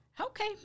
Okay